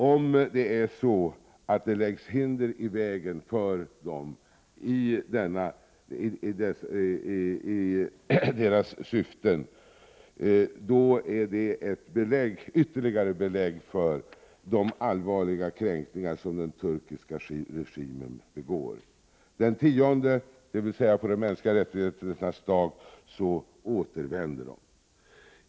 Om det läggs hinder i vägen för dem i deras syften är det ett ytterligare belägg för de allvarliga kränkningar som den turkiska regimen begår. Den 10 december, dvs. på de mänskliga rättigheternas dag, återvänder de.